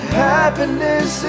happiness